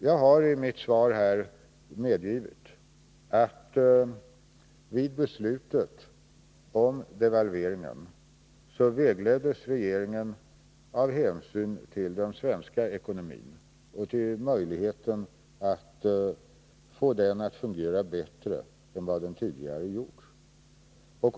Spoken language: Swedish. Jag har i mitt svar medgivit att regeringen vid beslutet om devalveringen vägleddes av hänsyn till den svenska ekonomin och till möjligheten att få den att fungera bättre än vad den tidigare har gjort.